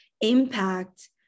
impact